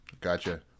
Gotcha